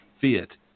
fit